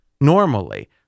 normally